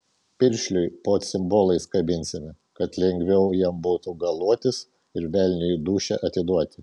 piršliui po cimbolais kabinsime kad lengviau jam būtų galuotis ir velniui dūšią atiduoti